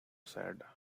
sad